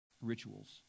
rituals